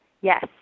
Yes